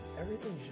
Everything's